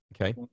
Okay